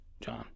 John